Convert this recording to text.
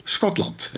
Schotland